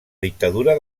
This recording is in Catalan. dictadura